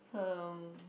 um